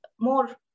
more